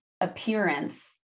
appearance